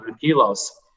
kilos